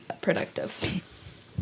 productive